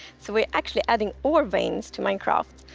so we're actually adding ore veins to minecraft.